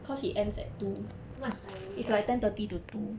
what time